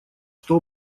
что